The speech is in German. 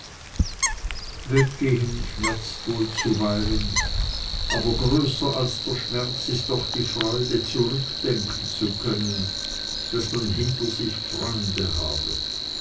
weggehen schmerzt wohl zuweilen aber größer als der schmerz ist doch die freude zurückdenken zu können daß man hinter sich freunde habe